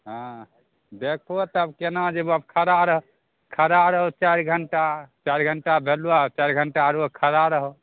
हँ देखो तब केना जेबऽ अब खरा रह खरा रहू चारि घंटा चारि घंटा भेलो आ चारि घंटा आरो खरा रहो